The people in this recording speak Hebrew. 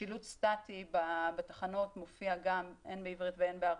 שילוט סטטי בתחנות מופיע הן בעברית והן בערבית.